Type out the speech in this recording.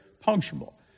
punctual